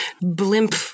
blimp